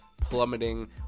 plummeting